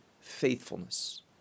faithfulness